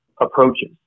approaches